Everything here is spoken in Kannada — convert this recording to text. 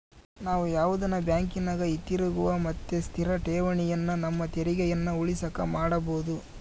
ನಾವು ಯಾವುದನ ಬ್ಯಾಂಕಿನಗ ಹಿತಿರುಗುವ ಮತ್ತೆ ಸ್ಥಿರ ಠೇವಣಿಯನ್ನ ನಮ್ಮ ತೆರಿಗೆಯನ್ನ ಉಳಿಸಕ ಮಾಡಬೊದು